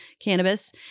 cannabis